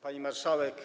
Pani Marszałek!